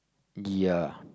ya